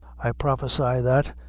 i prophecy that,